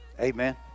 Amen